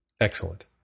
Excellent